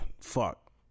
fuck